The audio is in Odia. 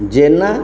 ଜେନା